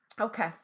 Okay